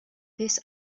this